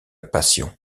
passion